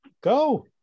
Go